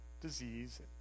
disease